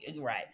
right